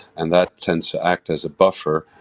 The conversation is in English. and that tends to act as a buffer,